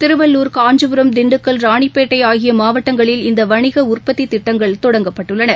திருவள்ளள் காஞ்சிபுரம் திண்டுக்கல் ராணிப்பேட்டைஆகியமாவட்டங்களில் இந்தவணிகஉற்பத்திதிட்டங்கள் தொடங்கப்பட்டுள்ளன